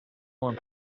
more